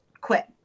quit